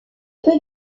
peu